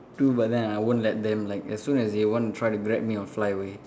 to but then I won't let them like as soon as they want to try to grab me I'll fly away